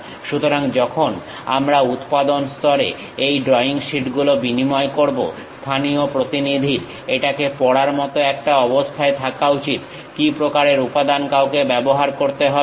সুতরাং যখন আমরা উৎপাদন স্তরে এই ড্রইং শীট গুলো বিনিময় করব স্থানীয় প্রতিনিধির এটাকে পড়ার মতো একটা অবস্থায় থাকা উচিত কি প্রকারের উপাদান কাউকে ব্যবহার করতে হবে